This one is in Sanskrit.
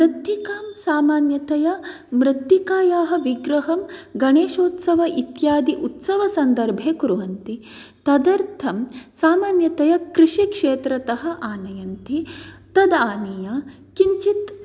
मृत्तिकां सामान्यतया मृत्तिकायाः विग्रहं गणेशोत्सव इत्यादि उत्सवसन्दर्भे कुर्वन्ति तदर्थं सामान्यतया कृषिक्षेत्रतः आनयन्ति तदानीय किञ्चित्